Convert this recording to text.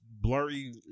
blurry